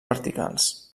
verticals